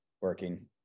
working